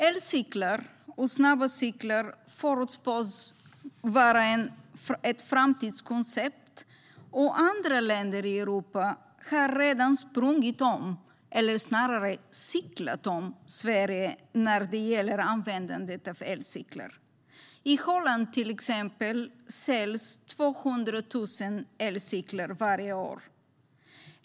Elcyklar och snabba cyklar förutspås vara ett framtidskoncept, och andra länder i Europa har redan sprungit om, eller snarare cyklat om, Sverige när det gäller användandet av elcyklar. I Holland till exempel säljs 200 000 elcyklar varje år.